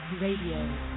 Radio